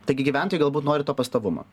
taigi gyventojai galbūt nori to pastovumo